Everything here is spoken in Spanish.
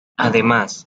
además